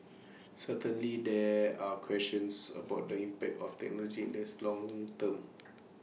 certainly there are questions about the impact of technology in this long term